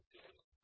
बरोबर